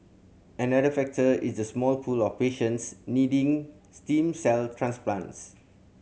another factor is the small pool of patients needing stem cell transplants